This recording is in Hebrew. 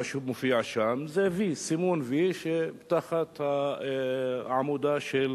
מה שמופיע שם זה סימון "וי" תחת העמודה של: